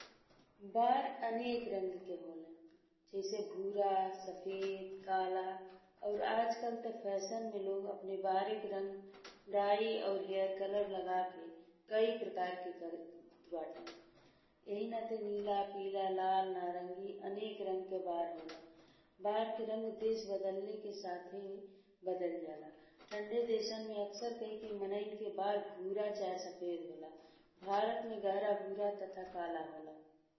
बार अनेक रंग के होला जैसे भूरे, सफेद, काला और आजकल तो फैशन में लोग अपने बार के रंग डाई और हेयर कलर लगा के कई प्रकार के करत बाटे। एही नाते नीला, पीला, लाल, नारंगी, अनेक रंग के बार होला। बार के रंग देश बदलले के साथ बदल जाला। ठंडा देशे में अवसर कई के मनइन के बार भूरे चाहे सफेद होला। भारत में गहरा भूरे तथा काला होला।